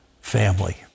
family